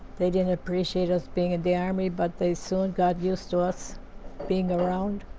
they didn't appreciate us being at the army, but they soon got used to us being around.